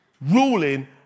ruling